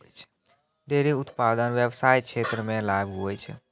dairy उप्तादन व्याबसाय क्षेत्र मे लाभ हुवै छै